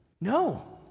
No